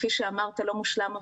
שכפי שאמרת לא מושלם,